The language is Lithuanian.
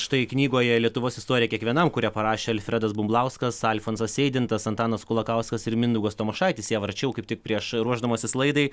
štai knygoje lietuvos istorija kiekvienam kurią parašė alfredas bumblauskas alfonsas eidintas antanas kulakauskas ir mindaugas tamošaitis ją varčiau kaip tik prieš ruošdamasis laidai